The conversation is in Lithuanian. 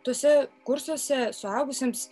tuose kursuose suaugusiems